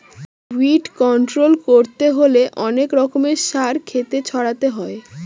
weed control করতে হলে অনেক রকমের সার ক্ষেতে ছড়াতে হয়